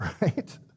right